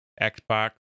Xbox